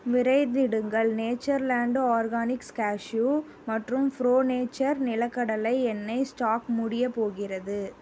விரைந்திடுங்கள் Natureland Organics cashew மற்றும் Pro Nature நிலக்கடலை எண்ணெய் ஸ்டாக் முடியப் போகிறது